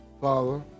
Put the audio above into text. Father